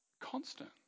Constant